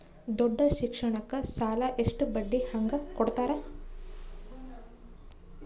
ದೊಡ್ಡ ಶಿಕ್ಷಣಕ್ಕ ಸಾಲ ಎಷ್ಟ ಬಡ್ಡಿ ಹಂಗ ಕೊಡ್ತಾರ?